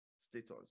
status